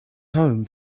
home